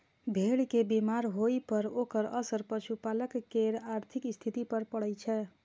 भेड़ के बीमार होइ पर ओकर असर पशुपालक केर आर्थिक स्थिति पर पड़ै छै